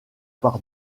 par